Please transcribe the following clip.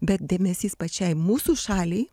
bet dėmesys pačiai mūsų šaliai